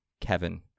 Kevin